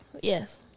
Yes